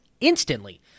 instantly